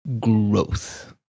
Growth